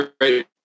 great